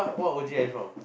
what O_G are you from